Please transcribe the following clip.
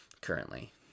currently